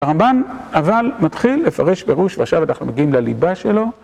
הרמבן אבל מתחיל לפרש פירוש ועכשיו אנחנו מגיעים לליבה שלו